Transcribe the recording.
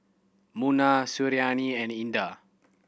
Munah Suriani and Indah